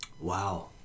Wow